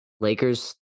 Lakers